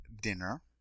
dinner